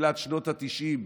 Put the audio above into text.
בתחילת שנות התשעים,